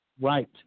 Right